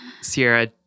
Sierra